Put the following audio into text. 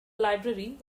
library